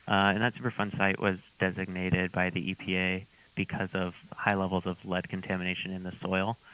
and that superfund site was designated by the epa because of high levels of lead contamination in the soil.